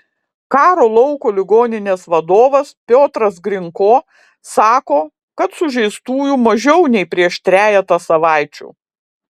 karo lauko ligoninės vadovas piotras grinko sako kad sužeistųjų mažiau nei prieš trejetą savaičių